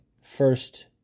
first